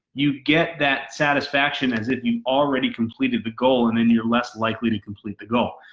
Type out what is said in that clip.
you get that satisfaction as if you've already completed the goal and then you're less likely to complete the goal.